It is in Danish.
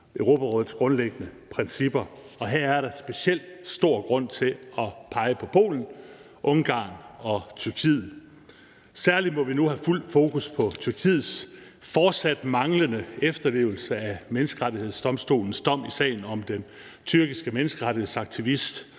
Europarådets grundlæggende principper, og her er der specielt stor grund til at pege på Polen, Ungarn og Tyrkiet. Særlig må vi nu have fuldt fokus på Tyrkiets fortsat manglende efterlevelse af Menneskerettighedsdomstolens dom i sagen om den tyrkiske menneskerettighedsaktivist